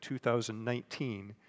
2019